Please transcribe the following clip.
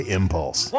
impulse